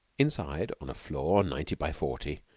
inside, on a floor ninety by forty,